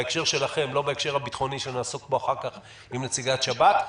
בהקשר שלכם ולא בהקשר הביטחוני שנעסוק בו אחר-כך עם נציגת שב"כ,